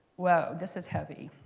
whoa, this is heavy.